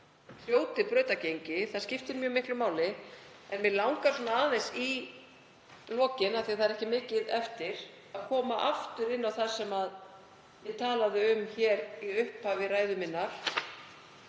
mál hljóti brautargengi. Það skiptir mjög miklu máli. En mig langar aðeins í lokin, af því að það er ekki mikið eftir, að koma aftur inn á það sem ég talaði um í upphafi ræðu minnar,